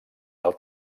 del